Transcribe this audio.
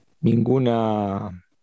ninguna